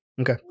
Okay